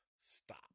stop